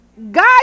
god